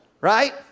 Right